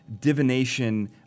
divination